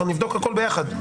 שנבדוק כבר את הכול ביחד.